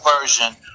version